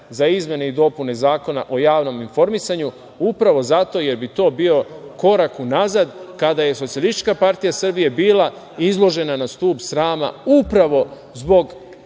za izmene i dopune Zakona o javnom informisanju upravo zato jer bi to bio korak unazad, kada je SPS bila izložena na stub srama upravo zbog